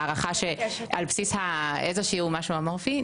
על בסיס איזשהו משהו אמורפי.